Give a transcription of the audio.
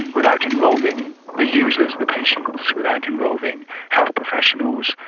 without involving the users, the patients, without involving health professionals,